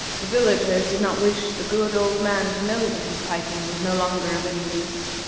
the villagers did not wish the good old man to know that his piping was no longer of any use,